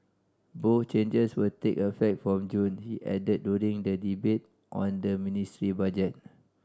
both changes will take effect from June he added during the debate on the ministry budget